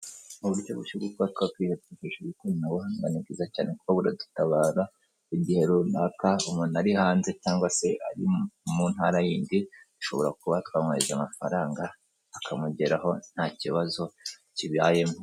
M,uburyo bushya bwoka twakwi twishi ikoranabuhanga ni byiza cyane kuba buradutabara igihe runaka umuntu ari hanze cyangwa se ari mu ntara yindi ishobora kuba twamwaheje amafaranga akamugeraho nta kibazo kibayemo.